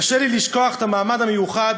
קשה לי לשכוח את המעמד המיוחד,